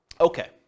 Okay